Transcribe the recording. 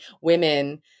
women